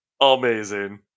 amazing